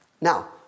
Now